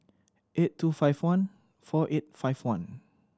eight two five one four eight five one